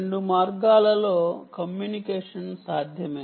2 మార్గాలలో కమ్యూనికేషన్ సాధ్యమే